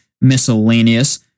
miscellaneous